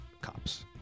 Cops